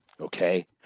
okay